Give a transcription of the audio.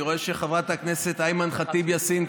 אני רואה שחברת הכנסת אימאן ח'טיב יאסין,